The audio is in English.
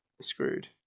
screwed